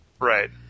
Right